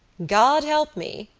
god help me,